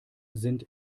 sind